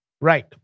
Right